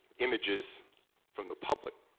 images from the public.